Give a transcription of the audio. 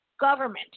government